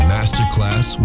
Masterclass